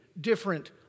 different